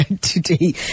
today